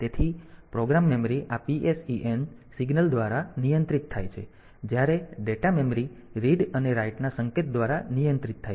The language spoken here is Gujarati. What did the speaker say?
તેથી પ્રોગ્રામ મેમરી આ PSEN સિગ્નલ દ્વારા નિયંત્રિત થાય છે જ્યારે ડેટા મેમરી રીડ અને રાઈટ ના સંકેત દ્વારા નિયંત્રિત થાય છે